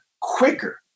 quicker